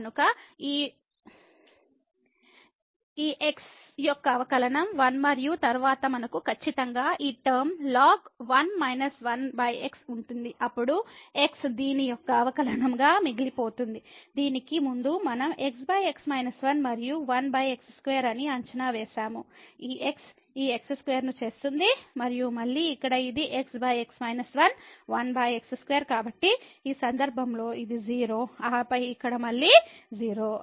కనుక x యొక్క అవకలనం 1 మరియు తరువాత మనకు ఖచ్చితంగా ఈ టర్మ ln ఉంటుంది అప్పుడు x దీని యొక్క అవకలనం గా మిగిలిపోతుంది దీనికి ముందు మనం xx 1 మరియు 1x2 అని అంచనా వేసాము ఈ x ఈ x2 ను చేస్తుంది మరియు మళ్ళీ ఇక్కడ ఇది xx 1 1x2కాబట్టి ఈ సందర్భంలో ఇది 0 ఆపై ఇక్కడ మళ్ళీ 0